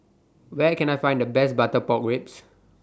Where Can I Find The Best Butter Pork Ribs